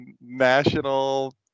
national